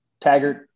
Taggart